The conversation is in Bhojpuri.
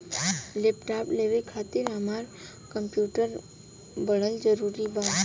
लैपटाप लेवे खातिर हमरा कम्प्युटर पढ़ल जरूरी बा?